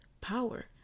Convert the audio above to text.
power